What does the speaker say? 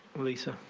lisa.